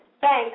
Thanks